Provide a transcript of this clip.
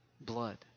blood